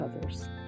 others